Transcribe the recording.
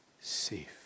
safe